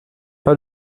pas